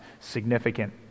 significant